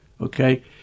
okay